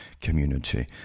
community